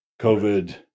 covid